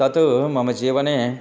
तत् मम जीवने